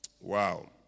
Wow